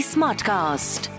Smartcast